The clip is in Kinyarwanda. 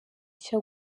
icyo